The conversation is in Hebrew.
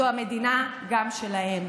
זאת המדינה גם שלהם.